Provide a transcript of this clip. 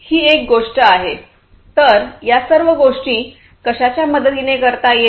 ही एक गोष्ट आहे तर या सर्व गोष्टी कशाच्या मदतीने करता येतील